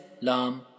Lam